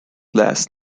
last